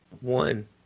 one